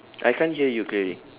I can't hear you clearly